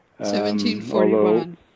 1741